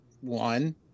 one